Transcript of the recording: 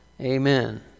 Amen